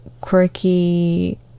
quirky